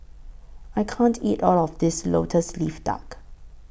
I can't eat All of This Lotus Leaf Duck